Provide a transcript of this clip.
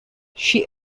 she